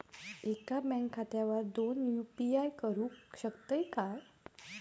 एका बँक खात्यावर दोन यू.पी.आय करुक शकतय काय?